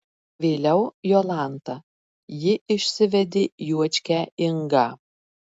vėliau jolanta ji išsivedė juočkę ingą